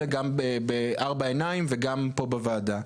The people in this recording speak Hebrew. עוד הערה אחרונה: היפוך המנגנון של אישור תשתיות כמו,